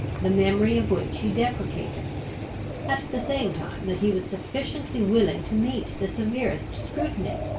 the memory of which he deprecated at the same time that he was sufficiently willing to meet the severest scrutiny,